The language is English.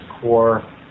core